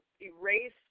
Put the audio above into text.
erase